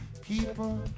people